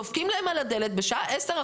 דופקים להם על הדלת בשעה 22:00,